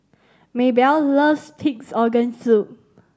Maebell loves Pig's Organ Soup